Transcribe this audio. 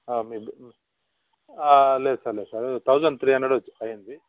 మీరు లేదు సార్ లేదు సార్ థౌసండ్ త్రీ హండ్రెడ్ వచ్చి అయ్యింది